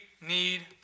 need